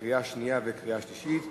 2012, לקריאה שנייה ולקריאה שלישית.